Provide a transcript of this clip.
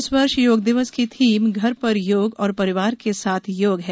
इस वर्ष योग दिवस की थीम घर पर योग और परिवार के साथ योग है